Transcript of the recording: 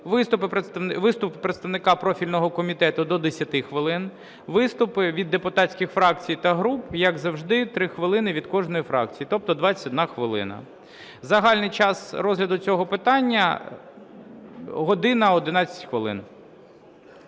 виступ представника профільного комітету – до 10 хвилин; виступи від депутатських фракцій та груп, як завжди, 3 хвилини від кожної фракції, тобто 21 хвилина. Загальний час розгляду цього питання – 1 година 11 хвилин.